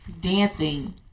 dancing